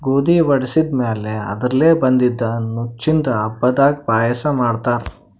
ಗೋಧಿ ವಡಿಸಿದ್ ಮ್ಯಾಲ್ ಅದರ್ಲೆ ಬಂದಿದ್ದ ನುಚ್ಚಿಂದು ಹಬ್ಬದಾಗ್ ಪಾಯಸ ಮಾಡ್ತಾರ್